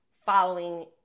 following